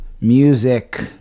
Music